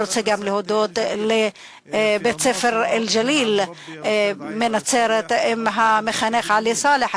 אני רוצה גם להודות לבית-ספר "אל-ג'ליל" מנצרת ולמחנך עלי סלאח.